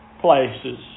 places